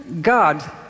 God